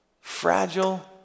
fragile